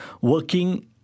working